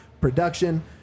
production